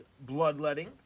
bloodletting